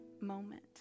moment